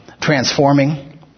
transforming